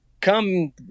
come